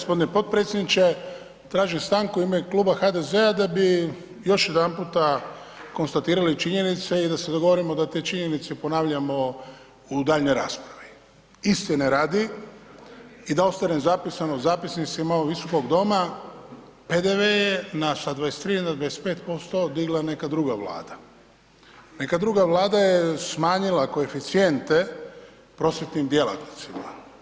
Hvala lijepo g. potpredsjedniče, tražim stanku u ime Kluba HDZ-a da bi još jedanputa konstatirali činjenice i da se dogovorimo da te činjenice ponavljamo u daljnjoj raspravi, istine radi i da ostane zapisano u zapisnicima ovog visokog doma, PDV je na sa 23 na 25% digla neka druga Vlada, neka druga Vlada je smanjila koeficijente prosvjetnim djelatnicima.